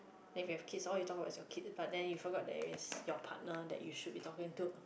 then you have kids all you talk about is your kids but then you forget there is your partner that you should be talking to